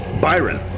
Byron